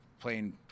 playing